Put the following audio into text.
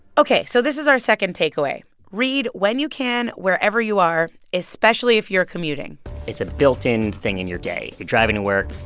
ok. so this is our second takeaway read when you can wherever you are, especially if you're commuting it's a built-in thing in your day. you're driving to work.